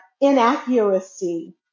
inaccuracy